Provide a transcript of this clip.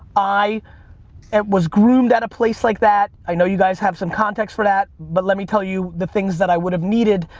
i was groomed at a place like that. i know you guys have some context for that, but let me tell you the things that i would have needed.